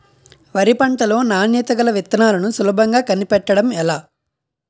వరి పంట లో నాణ్యత గల విత్తనాలను సులభంగా కనిపెట్టడం ఎలా?